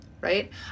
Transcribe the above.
right